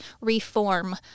reform